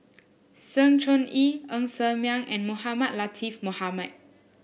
Sng Choon Yee Ng Ser Miang and Mohamed Latiff Mohamed